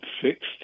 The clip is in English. fixed